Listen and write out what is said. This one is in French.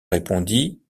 répondit